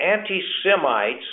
anti-Semites